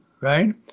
right